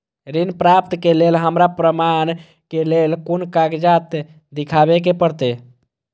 ऋण प्राप्त के लेल हमरा प्रमाण के लेल कुन कागजात दिखाबे के परते?